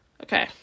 okay